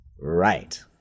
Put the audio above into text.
Right